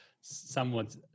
somewhat